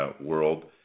world